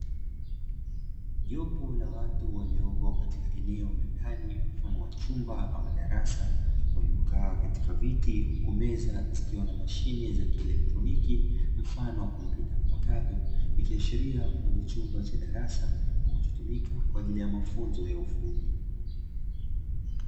Jopo la watu waliopo katika eneo la ndani mfano wa chumba ama darasa, waliokaa katika viti huku meza zikiwa na mashine za kielekitroniki, mfano wa kompyuta mpakato, ikiashiria kuwa ni chumba cha darasa kinachotumika kwa ajili ya mafunzo ya ufundi.